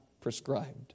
prescribed